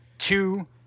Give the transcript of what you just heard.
Two